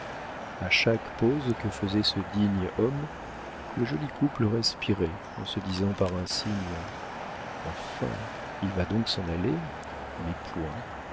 a chaque pause que faisait ce digne homme le joli couple respirait en se disant par un signe enfin il va donc s'en aller mais point